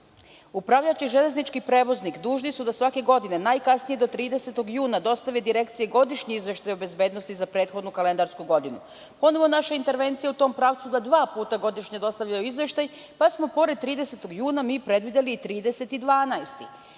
upravljač i železnički prevoznik dužni su da svake godine najkasnije do 30. juna dostave Direkciji godišnji izveštaj o bezbednosti za prethodnu kalendarsku godinu. Ponovo je naša intervencija u tom pravcu da dva puta godišnje dostavljaju izveštaj, pa smo pored 30. juna predvideli i 30.